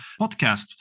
podcast